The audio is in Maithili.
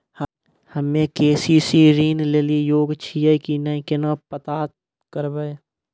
हम्मे के.सी.सी ऋण लेली योग्य छियै की नैय केना पता करबै?